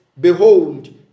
behold